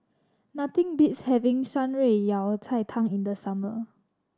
nothing beats having Shan Rui Yao Cai Tang in the summer